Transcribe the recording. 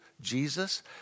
Jesus